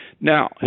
now